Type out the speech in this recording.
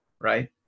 Right